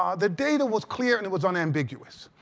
um the data was clear, and it was unambiguous.